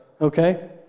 Okay